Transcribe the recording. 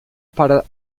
para